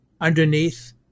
underneath